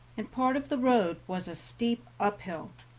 and part of the road was a steep uphill.